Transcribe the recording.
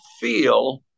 feel